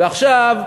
ועכשיו,